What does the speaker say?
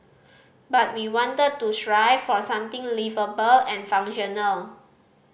but we wanted to strive for something liveable and functional